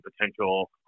potential